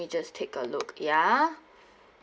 just take a look ya